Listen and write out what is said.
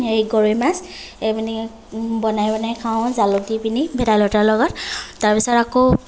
এই গৰৈ মাছ এই মানে বনাই বনাই খাওঁ জালুক দি পিনি ভেদাইলতাৰ লগত তাৰপিছত আকৌ